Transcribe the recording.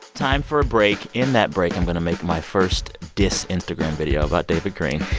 time for a break. in that break, i'm going to make my first diss instagram video about david greene.